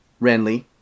Renly